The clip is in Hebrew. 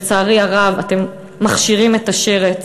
לצערי הרב, אתם מכשירים את השרץ,